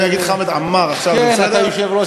חמד עמאר עכשיו, זה בסדר?